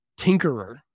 tinkerer